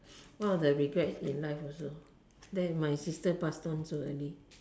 one of the regrets in life also that my sister passed on so early